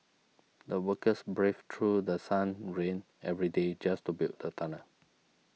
the workers braved through The Sun rain every day just to build the tunnel